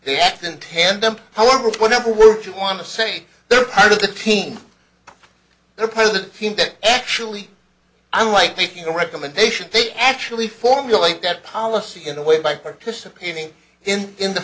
they act in tandem however whenever we're to want to say they're part of the team they're part of the team that actually i like making recommendations they actually formulate that policy in a way by participating in